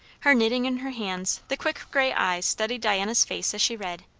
her knitting in her hands, the quick grey eyes studied diana's face as she read,